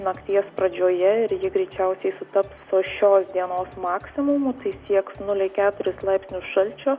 nakties pradžioje ir ji greičiausiai sutaps su šios dienos maksimumu tai sieks nulį keturis laipsnius šalčio